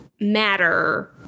matter